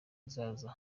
kizaza